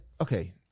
Okay